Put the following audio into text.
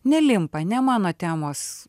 nelimpa ne mano temos